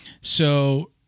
So-